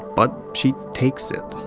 but, she takes it.